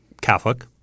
Catholic